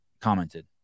commented